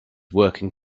working